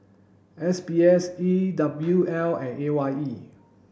S B S E W L and A Y E